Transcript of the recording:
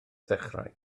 ddechrau